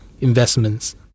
investments